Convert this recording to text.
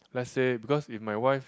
let's say because if my wife